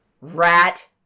Rat